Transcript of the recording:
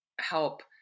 help